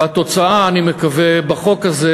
והתוצאה, אני מקווה, בחוק הזה,